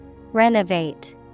Renovate